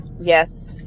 yes